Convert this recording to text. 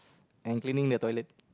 and cleaning the toilet